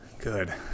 Good